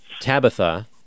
Tabitha